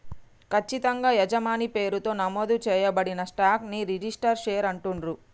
ఖచ్చితంగా యజమాని పేరుతో నమోదు చేయబడిన స్టాక్ ని రిజిస్టర్డ్ షేర్ అంటుండ్రు